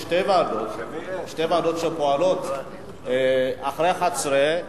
שיש שתי ועדות שפועלות אחרי 11:00,